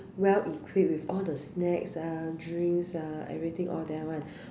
well equipped with all the snacks ah drinks ah everything all there [one]